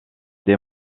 des